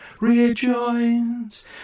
Rejoins